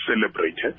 celebrated